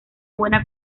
buena